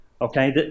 okay